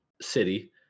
City